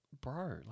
bro